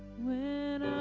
when